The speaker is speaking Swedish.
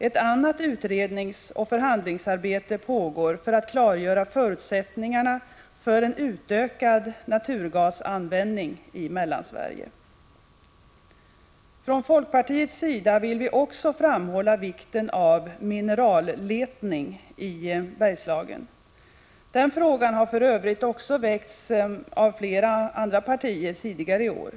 Ett annat utredningsoch förhandlingsarbete pågår för att klargöra förutsättningarna för en utökad naturgasanvändning i Mellansverige. Från folkpartiets sida vill vi framhålla vikten av mineralletning i Bergslagen. Den frågan har för övrigt också väckts av flera andra partier tidigare i år.